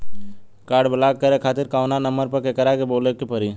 Card block करे खातिर कवना नंबर पर केकरा के बोले के परी?